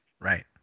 right